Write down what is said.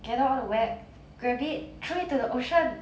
gather all the web grab it throw into the ocean